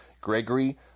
Gregory